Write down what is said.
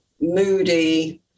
moody